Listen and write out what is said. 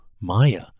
Maya